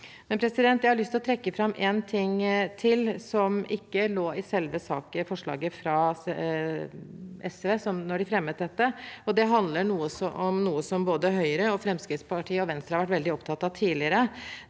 etter det. Jeg har lyst til å trekke fram en ting til som ikke lå i selve forslaget fra SV da de fremmet dette, og det handler om noe både Høyre, Fremskrittspartiet og Venstre har vært veldig opptatt av tidligere.